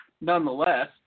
nonetheless